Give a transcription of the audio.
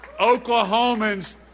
Oklahomans